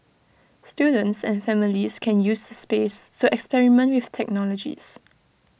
students and families can use the space to experiment with technologies